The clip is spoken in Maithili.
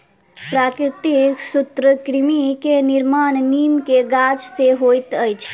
प्राकृतिक सूत्रकृमि के निर्माण नीम के गाछ से होइत अछि